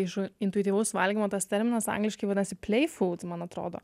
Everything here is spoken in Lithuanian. iš intuityvaus valgymo tas terminas angliškai vadinasi plei fut man atrodo